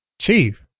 Chief